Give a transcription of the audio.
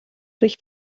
durch